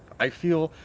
i feel.